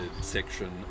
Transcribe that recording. section